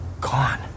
gone